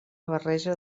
barreja